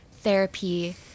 therapy